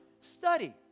Study